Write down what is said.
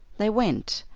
they went,